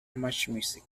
muchmusic